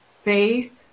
faith